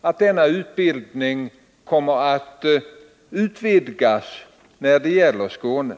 att denna utbildning utvidgas i Skåne.